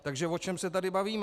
Takže o čem se tady bavíme?